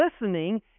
listening